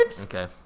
Okay